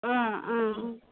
ம் ம்